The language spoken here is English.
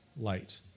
light